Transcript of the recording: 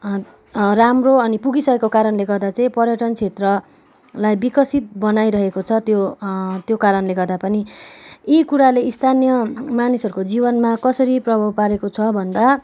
राम्रो अनि पुगिसकेको कारणले गर्दा चाहिँ पर्यटन क्षेत्रलाई विकसित बनाइरहेको छ त्यो त्यो कारणले गर्दा पनि यी कुराले स्थानीय मानिसहरूको जीवनमा कसरी प्रभाव पारेको छ भन्दा